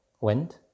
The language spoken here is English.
wind